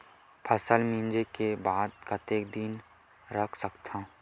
फसल मिंजे के बाद कतेक दिन रख सकथन?